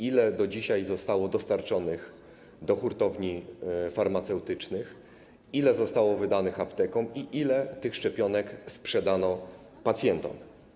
Ile do dzisiaj zostało dostarczonych do hurtowni farmaceutycznych, ile zostało wydanych aptekom i ile tych szczepionek sprzedano pacjentom?